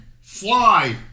Fly